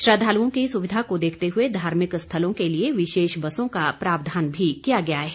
श्रद्वालुओं की सुविधा को देखते हुए धार्मिक स्थलों के लिए विशेष बसों का प्रावधान भी किया गया है